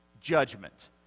Judgment